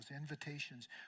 invitations